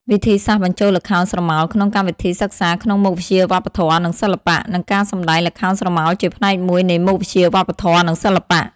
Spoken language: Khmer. វិធីសាស្រ្តបញ្ចូលល្ខោនស្រមោលក្នុងកម្មវិធីសិក្សាក្នុងមុខវិជ្ជាវប្បធម៌ និងសិល្បៈ និងការសម្តែងល្ខោនស្រមោលជាផ្នែកមួយនៃមុខវិជ្ជាវប្បធម៌ និងសិល្បៈ។